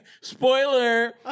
Spoiler